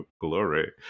Glory